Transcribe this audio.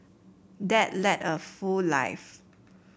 dad led a full life